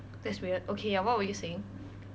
that's weird okay ya what were you saying